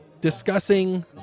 discussing